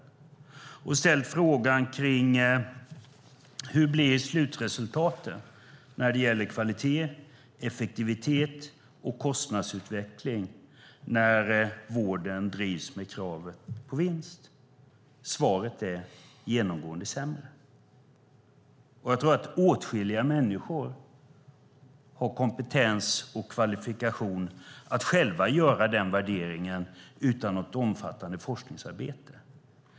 Han har ställt frågan: Hur blir slutresultaten när det gäller kvalitet, effektivitet och kostnadsutveckling när vården drivs med krav på vinst? Svaret är: genomgående sämre. Jag tror att åtskilliga människor har kompetens och kvalifikation att själva göra denna värdering, utan ett omfattande forskningsarbete.